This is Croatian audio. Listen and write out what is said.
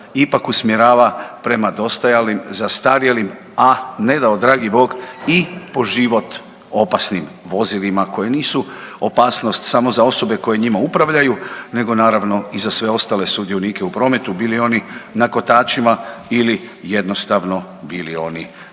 ipak usmjerava prema dostajalim, zastarjelim, a ne dao dragi Bog i po život opasnim vozilima koja nisu opasnost samo za osobe koje njima upravljaju nego naravno i za sve ostale sudionike u prometu bili oni na kotačima ili jednostavno bili oni na bilo